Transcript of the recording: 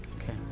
Okay